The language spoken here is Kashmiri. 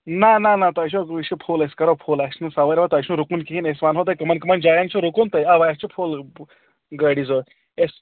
نہ نہ نہ تۄہہِ چھو وٕچھِ أسۍ کَرو فُل اَسہِ سَوارِ وَوارِ تۄہہِ چھُنہٕ رُکُن کِہیٖنۍ أسۍ وَنہو تۄہہِ کٕمَن کٕمَن جایَن چھُ رُکُن تُہۍ اَوا اَسہِ چھِ فُل گٲڑی ضروٗرت اَسہِ